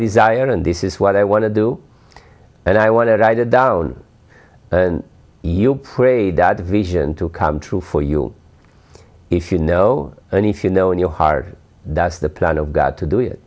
desire and this is what i want to do and i want to write it down and you pray that vision to come true for you if you know and if you know in your heart that's the plan of god to do it